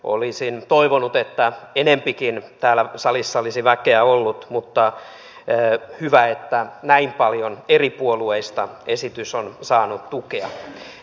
olisin toivonut että enempikin täällä salissa olisi väkeä ollut mutta hyvä että näin paljon eri puolueista esitys on saanut tukea